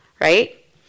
right